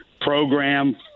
program